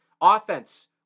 Offense